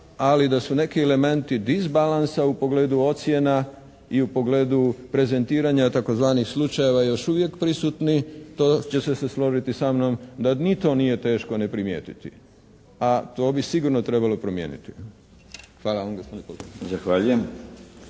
ali da su neki elementi disbalansa u pogledu ocjena i u pogledu prezentiranja tzv. slučajeva još uvijek prisutni to ćete se složiti sa mnom da ni to nije teško ne primijetiti, a to bi sigurno trebalo promijeniti. Hvala vam gospodine